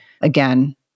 again